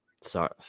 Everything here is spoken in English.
sorry